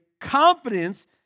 confidence